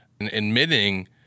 admitting